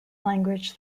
language